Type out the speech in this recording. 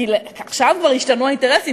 עכשיו כבר השתנו האינטרסים,